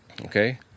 okay